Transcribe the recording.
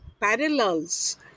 parallels